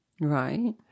Right